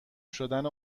شدن